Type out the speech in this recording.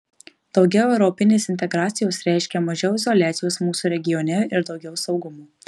daugiau europinės integracijos reiškia mažiau izoliacijos mūsų regione ir daugiau saugumo